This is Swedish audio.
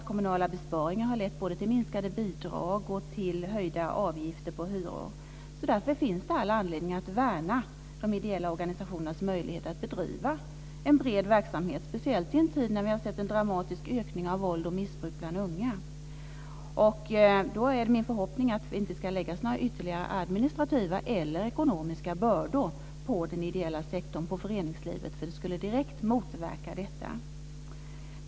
Kommunala besparingar har lett både till minskade bidrag och till höjda avgifter på hyror. Därför finns det all anledning att värna de ideella organisationernas möjligheter att bedriva en bred verksamhet, speciellt i en tid där vi ser en dramatisk ökning av våld och missbruk bland unga. Det är således min förhoppning att det inte läggs ytterligare administrativa eller ekonomiska bördor på den ideella sektorn, på föreningslivet, eftersom det direkt skulle få en motverkande effekt.